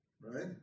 Right